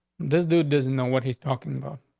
this dude doesn't know what he's talking about.